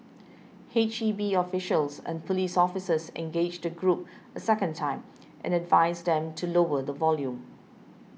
H E B officials and police officers engaged the group a second time and advised them to lower the volume